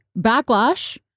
backlash